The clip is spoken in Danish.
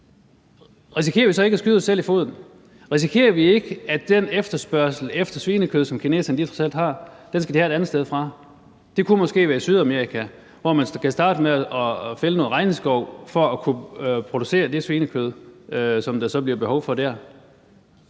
risikerer vi så ikke at skyde os selv i foden? Risikerer vi ikke, at den efterspørgsel efter svinekød, som kineserne trods alt har, skal de have dækket et andet sted fra? Det kunne måske være i Sydamerika, hvor man skal starte med at fælde noget regnskov for at kunne producere det svinekød, som der så bliver behov for.